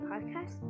podcast